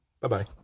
Bye-bye